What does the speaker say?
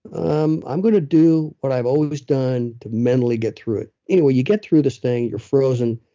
um i'm going to do what i've always done to mentally get through it. anyway, you get through this thing, you're frozen,